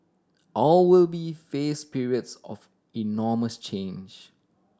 all will be face periods of enormous change